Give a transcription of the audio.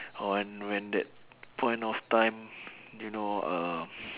on when that point of time you know uh